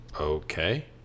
okay